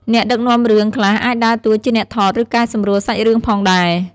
អ្នកដឹកនាំរឿងខ្លះអាចដើរតួជាអ្នកថត ឬកែសម្រួលសាច់រឿងផងដែរ។